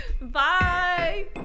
bye